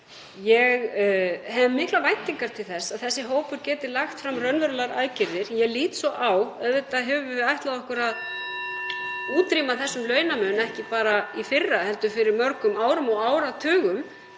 Ég hef miklar væntingar til þess að sá hópur geti lagt fram raunverulegar aðgerðir. Ég lít svo á. Auðvitað höfum við ætlað okkur að útrýma þessum launamun, (Forseti hringir.) ekki bara í fyrra heldur fyrir mörgum árum og áratugum.